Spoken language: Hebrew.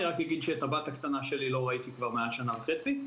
אני רק אגיד שאת הבת הקטנה שלי לא ראיתי כבר מעל שנה וחצי.